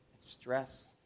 stress